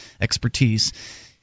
expertise